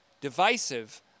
divisive